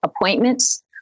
appointments